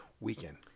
weekend